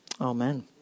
Amen